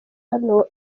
hano